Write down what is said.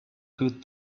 good